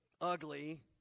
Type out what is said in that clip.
ugly